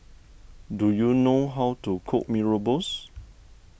do you know how to cook Mee Rebus